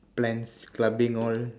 plans clubbing all